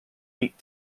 eight